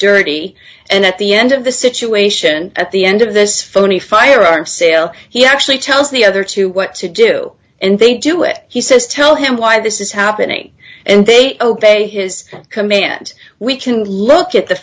dirty and at the end of the situation at the end of this phony firearms sale he actually tells the other two what to do and they do it he says tell him why this is happening and they obey his command we can look at the